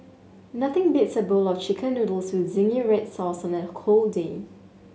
nothing beats a bowl of Chicken Noodles with zingy red sauce on a cold day